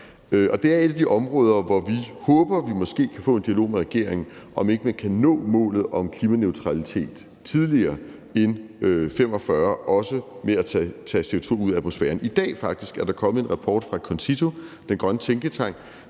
Det er et af de områder, hvor vi håber vi måske kan få en dialog med regeringen, altså med hensyn til om man ikke kan nå målet om klimaneutralitet tidligere end 2045, også med hensyn til at tage CO2 ud af atmosfæren. I dag er der faktisk kommet en rapport fra CONCITO, den grønne tænketank,